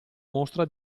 mostra